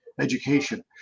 education